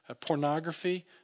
Pornography